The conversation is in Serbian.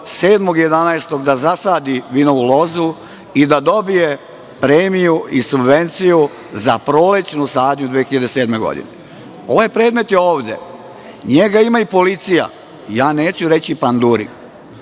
da zasadi vinovu lozu i da dobije premiju i subvenciju za prolećnu sadnju 2007. godine? Ovaj predmet je ovde. Njega ima i policija, neću reći panduri.